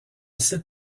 cite